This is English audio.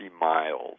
miles